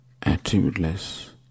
attributeless